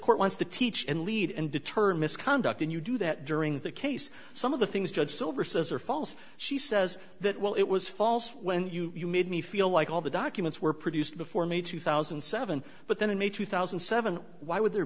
court wants to teach and lead and deter misconduct and you do that during the case some of the things judge silver says are false she says that well it was false when you made me feel like all the documents were produced before me two thousand and seven but then in may two thousand and seven why would there